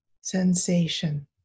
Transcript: sensation